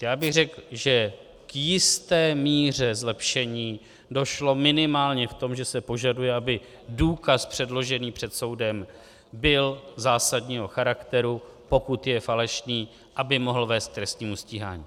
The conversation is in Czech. Já bych řekl, že k jisté míře zlepšení došlo minimálně v tom, že se požaduje, aby důkaz předložený před soudem byl zásadního charakteru, pokud je falešný, aby mohl vést k trestnímu stíhání.